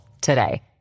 today